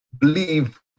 believe